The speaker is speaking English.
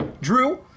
drew